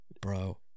bro